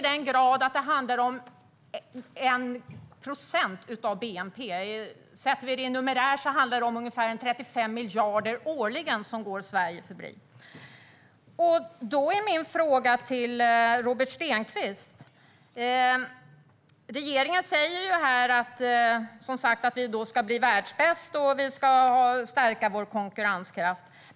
Det handlar om 1 procent av bnp, det vill säga numerärt 35 miljarder årligen som går Sverige förbi. Jag har då en fråga till Robert Stenkvist. Regeringen säger att vi ska bli världsbäst och att vi ska stärka vår konkurrenskraft.